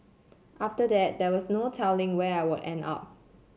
after that there was no telling where I would end up